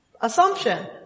assumption